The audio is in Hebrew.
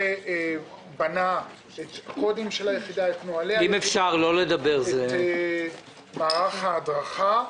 בנה את הקודים של היחידה, את מערך ההדרכה.